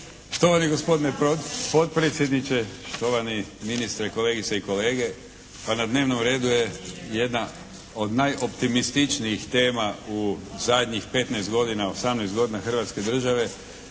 Štovani gospodine potpredsjedniče, štovani ministre, kolegice i kolege! Pa na dnevnom redu je jedna od najoptimističnijih tema u zadnjih 15 godina, 18 godina Hrvatske Države.